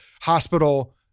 hospital